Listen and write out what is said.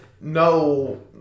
no